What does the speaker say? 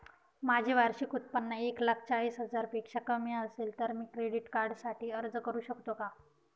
माझे वार्षिक उत्त्पन्न एक लाख चाळीस हजार पेक्षा कमी असेल तर मी क्रेडिट कार्डसाठी अर्ज करु शकतो का?